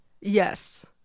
Yes